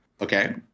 Okay